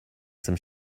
some